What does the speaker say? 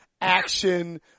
action